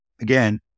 again